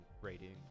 rating